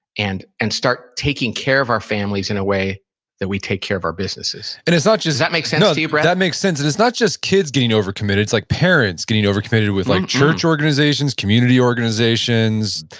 and and start start taking care of our families in a way that we take care of our businesses. and it's not just does that make sense to you, brett? that makes sense. and it's not just kids getting overcommitted. it's like parents getting overcommitted with like church organizations, community organizations.